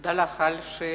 תודה לך על השאלות.